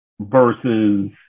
versus